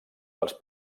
dels